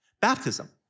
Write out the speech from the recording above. Baptism